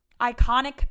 iconic